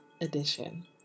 edition